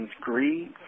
greed